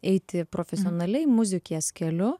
eiti profesionaliai muzikės keliu